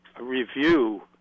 review